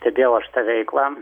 todėl aš tą veiklą